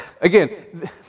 Again